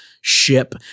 ship